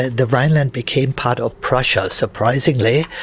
the rhineland became part of prussia, surprisingly,